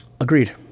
Agreed